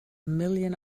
million